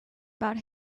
about